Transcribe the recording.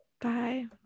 bye